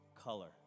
color